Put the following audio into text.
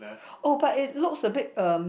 oh but it looks a bit um